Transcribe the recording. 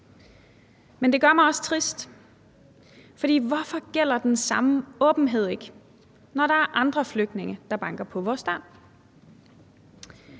Men det gør mig også trist, for hvorfor gælder den samme åbenhed ikke, når der er andre flygtninge, der banker på vores dør?